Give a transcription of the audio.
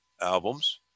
albums